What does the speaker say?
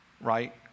right